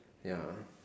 ya